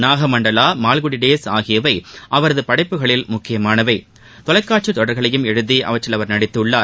நாகமண்டலா மால்குடிடேஸ் ஆகியவைஅவரதுபடைப்புகளில் முக்கியமானவை தொலைக்காட்சிதொடர்களையும் எழுதிஅவற்றில் அவர் நடித்துள்ளார்